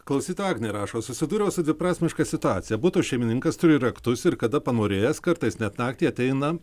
klausytoja agnė rašo susidūriau su dviprasmiška situacija buto šeimininkas turi raktus ir kada panorėjęs kartais net naktį ateina